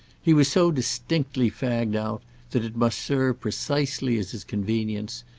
he was so distinctly fagged-out that it must serve precisely as his convenience,